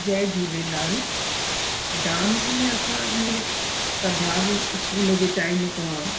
जय Jhulelal dance में असां ईअं त भाग स्कूल जे टाइम खां